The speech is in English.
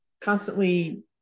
constantly